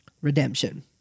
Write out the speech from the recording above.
redemption